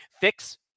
fix